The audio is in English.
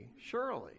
Surely